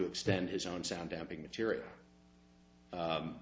extend his own sound damping material